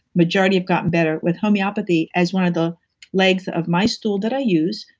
majority have gotten better with homeopathy as one of the legs of my stool that i use.